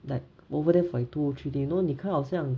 like over there for like two three day you know 你可以好像